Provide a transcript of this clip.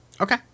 Okay